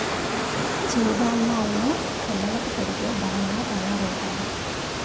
చిరు ధాన్యేలు ను పిల్లలకు పెడితే బలంగా తయారవుతారు